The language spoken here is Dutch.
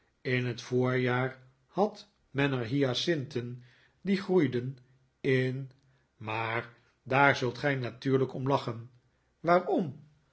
in het voorjaar had men er hyacinten die groeiden in maar daar zult gij natuurlijk om lachen waarom